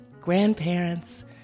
grandparents